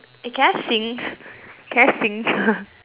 eh can I sing can I sing